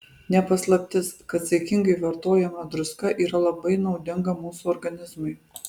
ne paslaptis kad saikingai vartojama druska yra labai naudinga mūsų organizmui